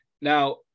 now